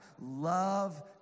Love